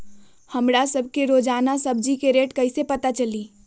हमरा सब के रोजान सब्जी के रेट कईसे पता चली?